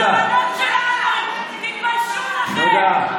אלו הבנות שלנו, תתביישו לכם.